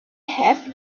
have